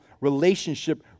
relationship